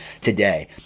today